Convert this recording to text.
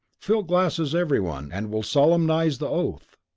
fill glasses everyone, and we'll solemnize the oath.